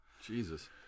Jesus